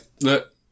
look